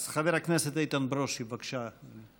חבר הכנסת איתן ברושי, בבקשה.